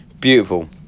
beautiful